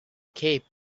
cape